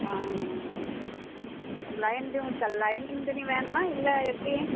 ஆஆ ட லைனிங் துணி வேணுமா இல்லை எப்படி